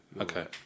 Okay